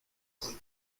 con